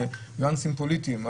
לניואנסים פוליטיים.